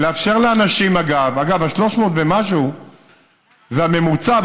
לאפשר לאנשים, אגב, ה-300 ומשהו זה הממוצע.